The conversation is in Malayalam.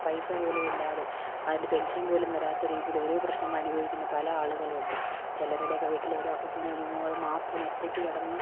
പൈസ പോലും ഇല്ലാതെ അതിന്റെ പെന്ഷന് പോലും വരാത്ത രീതിയില് ഓരോ പ്രശ്നങ്ങള് അനുഭവിക്കുന്ന പല ആളുകളുണ്ട് ചിലരുടെയൊക്കെ വീട്ടിൽ ഓരോ അപ്പൂപ്പനും അമ്മൂമ്മകളും മാത്രം ഒറ്റക്ക് കിടന്ന്